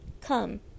Come